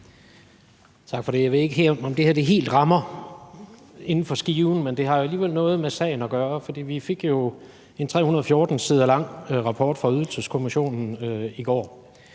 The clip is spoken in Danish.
Tak for det. Jeg ved ikke, om det her helt rammer inden for skiven, men det har alligevel noget med sagen at gøre. For vi fik jo en 314 sider lang rapport fra Ydelseskommissionen i går,